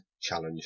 challenge